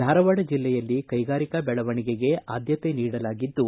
ಧಾರವಾಡ ಜಿಲ್ಲೆಯಲ್ಲಿ ಕೈಗಾರಿಕಾ ಬೆಳವಣಿಗೆಗೆ ಆದ್ಯತೆ ನೀಡಲಾಗಿದ್ದು